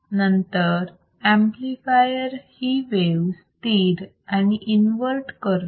नंतर ऍम्प्लिफायर ही वेव स्थिर आणि इन्व्हर्ट करतो